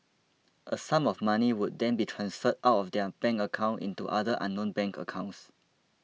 a sum of money would then be transferred out of their bank account into other unknown bank accounts